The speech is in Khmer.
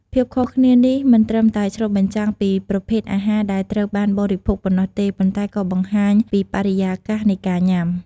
ភាពខុសគ្នានេះមិនត្រឹមតែឆ្លុះបញ្ចាំងពីប្រភេទអាហារដែលត្រូវបានបរិភោគប៉ុណ្ណោះទេ ប៉ុន្តែក៏បង្ហាញពីបរិយាកាសនៃការញ៉ាំ។